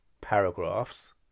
paragraphs